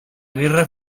guerra